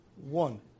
One